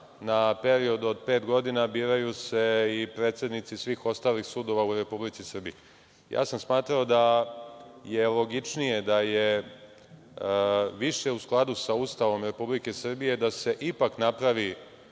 na period od pet godina biraju se i predsednici svih ostalih sudija u Republici Srbiji. Smatrao sam da je logičnije da je više u skladu sa Ustavom Republike Srbije da se, ipak, napravi